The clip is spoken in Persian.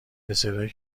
دسرایی